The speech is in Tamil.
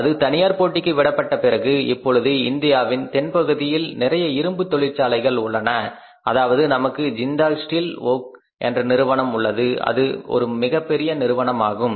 அது தனியார் போட்டிக்கு விடப்பட்ட பிறகு இப்பொழுது இந்தியாவின் தென் பகுதியில் நிறைய இரும்பு தொழிற்சாலைகள் உள்ளன அதாவது நமக்கு ஜிந்தால் ஸ்டீல் வொர்க்ஸ் என்ற நிறுவனம் உள்ளது இது ஒரு மிகப்பெரிய நிறுவனம் ஆகும்